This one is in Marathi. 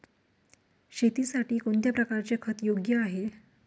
शेतीसाठी कोणत्या प्रकारचे खत योग्य आहे?